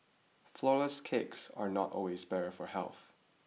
flourless cakes are not always better for health